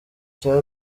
cya